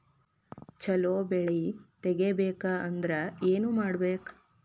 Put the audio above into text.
ಛಲೋ ಬೆಳಿ ತೆಗೇಬೇಕ ಅಂದ್ರ ಏನು ಮಾಡ್ಬೇಕ್?